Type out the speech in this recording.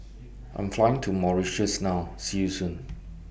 I'm Flying to Mauritius now See YOU Soon